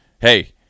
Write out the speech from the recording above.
Hey